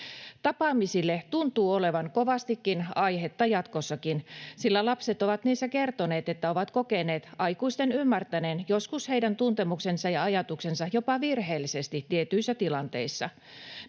Tapaamisille tuntuu olevan kovastikin aihetta jatkossakin, sillä lapset ovat niissä kertoneet, että ovat kokeneet aikuisten ymmärtäneen joskus heidän tuntemuksensa ja ajatuksensa jopa virheellisesti tietyissä tilanteissa.